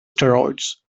steroids